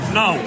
no